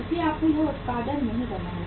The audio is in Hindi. इसलिए आपको आज उत्पादन नहीं करना है